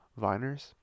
Viners